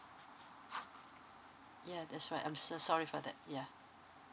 ya that's why I'm so sorry for that yeah